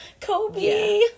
kobe